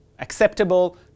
acceptable